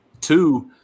Two